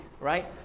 right